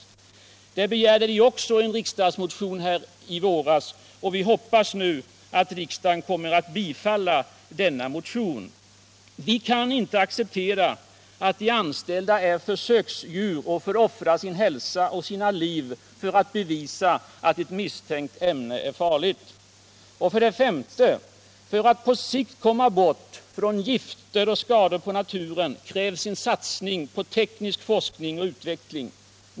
Socialdemokratin begärde detta i en riksdagsmotion i våras, och vi hoppas nu att riksdagen kommer att bifalla den motionen. 5. För att på sikt komma bort från gifter och skador på naturen krävs satsning på teknisk forskning och utveckling.